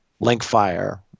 LinkFire